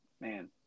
Man